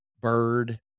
Bird